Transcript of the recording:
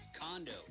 condo